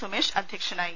സുമേഷ് അധ്യക്ഷനായി